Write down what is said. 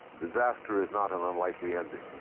disaster is not an unlikely ending.